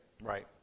right